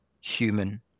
human